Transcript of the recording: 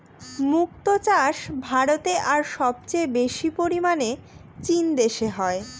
মক্তো চাষ ভারতে আর সবচেয়ে বেশি পরিমানে চীন দেশে হয়